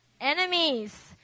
enemies